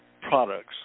products